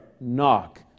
knock